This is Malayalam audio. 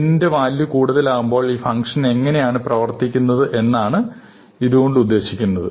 n ന്റെ വാല്യു കൂടുതലാകുമ്പോൾ ഈ ഫംഗ്ഷൻ എങ്ങനെയാണ് ആണ് പ്രവർത്തിക്കുന്നത് എന്നതാണ് ഇതുകൊണ്ട് ഉദ്ദേശിക്കുന്നത്